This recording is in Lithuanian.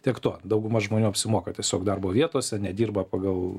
tiek to dauguma žmonių apsimoka tiesiog darbo vietose nedirba pagal